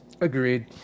Agreed